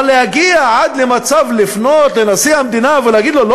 אבל להגיע עד למצב של לפנות לנשיא המדינה ולהגיד לו לא